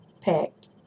packed